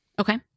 Okay